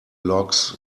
logs